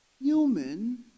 human